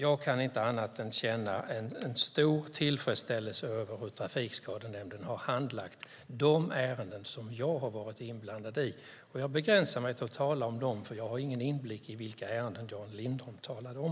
Jag kan inte annat än att känna en stor tillfredsställelse över hur Trafikskadenämnden har handlagt de ärenden som jag har varit inblandad i. Jag begränsar mig till att tala om dem, för jag har ingen inblick i vilka ärenden Jan Lindholm talade om.